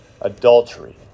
Adultery